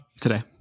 today